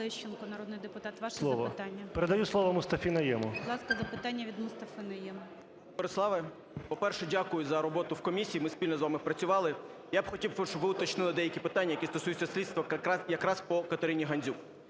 Ми спільно з вами працювали. Я б хотів, щоб ви уточнили деякі питання, які стосуються слідства якраз по КатериніГандзюк.